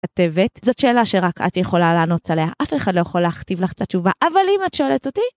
כתבת זאת שאלה שרק את יכולה לענות עליה אף אחד לא יכול להכתיב לך את התשובה אבל אם את שואלת אותי.